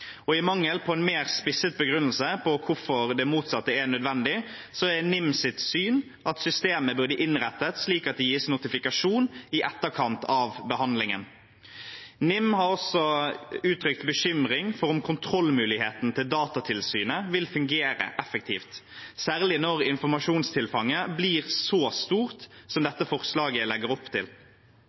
og i mangel på en mer spisset begrunnelse for hvorfor det motsatte er nødvendig, er NIMs syn at systemet burde innrettes slik at det gis notifikasjon i etterkant av behandlingen. NIM har også uttrykt bekymring for om kontrollmuligheten til Datatilsynet vil fungere effektivt, særlig når informasjonstilfanget blir så stort som dette forslaget legger opp til.